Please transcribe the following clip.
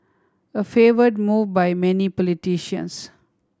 a favoured move by many politicians